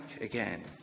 again